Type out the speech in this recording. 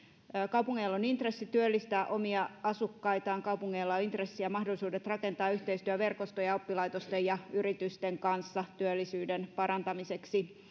kaupungeilla on intressi työllistää omia asukkaitaan ja kaupungeilla on intressi ja mahdollisuudet rakentaa yhteistyöverkostoja oppilaitosten ja yritysten kanssa työllisyyden parantamiseksi